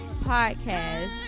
podcast